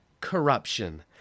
corruption